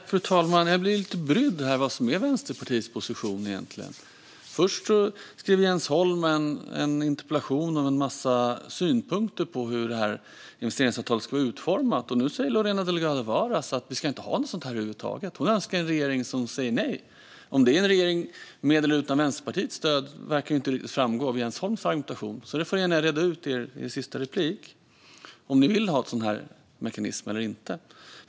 Fru talman! Jag blir lite brydd när det gäller vad som egentligen är Vänsterpartiets position. Först skriver Jens Holm en interpellation om en massa synpunkter på hur det här investeringsavtalet ska vara utformat, och nu säger Lorena Delgado Varas att vi inte ska ha något sådant här avtal över huvud taget och att hon önskar en regering som säger nej. Om det är en regering med eller utan Vänsterpartiets stöd framgår inte riktigt av Jens Holms argumentation. Han får gärna reda ut i sin sista replik om ni vill ha en sådan mekanism eller inte.